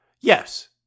Yes